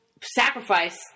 sacrifice